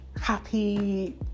happy